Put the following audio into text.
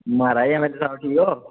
म्हाराज ठीक ओ